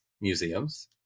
museums